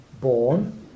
born